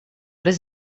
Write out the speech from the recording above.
does